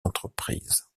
entreprises